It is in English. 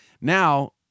Now